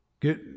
Get